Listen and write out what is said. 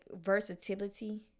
versatility